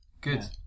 Good